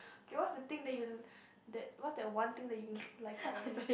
okay what's the thing that you that what's that one thing that you like about me